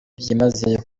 byimazeyo